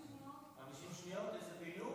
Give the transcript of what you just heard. אם כך, תמה רשימת הדוברים.